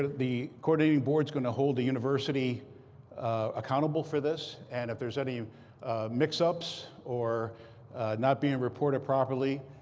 the coordinating board's going to hold the university accountable for this. and if there's any mix-ups or not being reported properly,